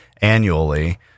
annually